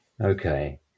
Okay